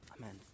Amen